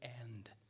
end